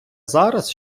зараз